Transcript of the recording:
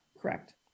Correct